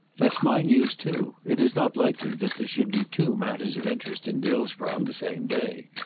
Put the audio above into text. that's my news too. it is not likely that there should be two matters of interest in dillsborough on the same day.